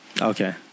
Okay